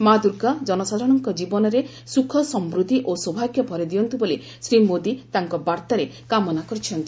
ମା' ଦୁର୍ଗା ଜନସାଧାରଣଙ୍କ ଜୀବନରେ ସୁଖ ସମୃଦ୍ଧି ଓ ସୌଭାଗ୍ୟ ଭରି ଦିଅନ୍ତୁ ବୋଲି ଶ୍ରୀ ମୋଦି ତାଙ୍କ ବାର୍ତ୍ତାରେ କାମନା କରିଛନ୍ତି